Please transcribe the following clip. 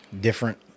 different